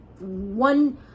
one